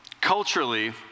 culturally